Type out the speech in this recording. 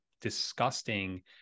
disgusting